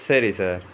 சரி சார்